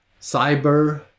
cyber